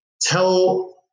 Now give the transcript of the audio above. tell